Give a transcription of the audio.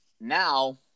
Now